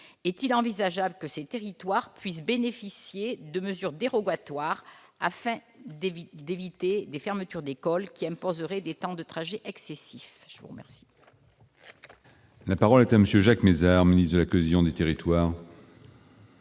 Est-il envisageable que ces territoires puissent bénéficier de mesures dérogatoires afin d'éviter des fermetures d'écoles qui imposeraient des temps de trajet excessifs ? La parole est à M. le ministre de la cohésion des territoires.